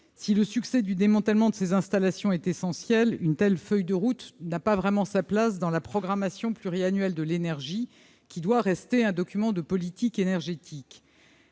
Si le succès du démantèlement de ces installations est essentiel, une telle feuille de route n'a pas vraiment sa place en annexe de la programmation pluriannuelle de l'énergie, qui doit rester un document de politique énergétique.